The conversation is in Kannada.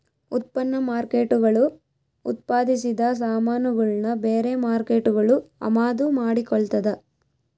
ಉತ್ಪನ್ನ ಮಾರ್ಕೇಟ್ಗುಳು ಉತ್ಪಾದಿಸಿದ ಸಾಮಾನುಗುಳ್ನ ಬೇರೆ ಮಾರ್ಕೇಟ್ಗುಳು ಅಮಾದು ಮಾಡಿಕೊಳ್ತದ